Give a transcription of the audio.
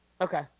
Okay